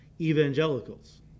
evangelicals